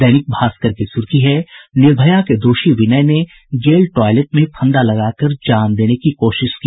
दैनिक भास्कर की सुर्खी है निर्भया के दोषी विनय ने जेल टॉयलेट में फंदा लगाकर जान देने की कोशिश की